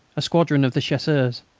a squadron of the chasseurs,